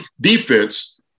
defense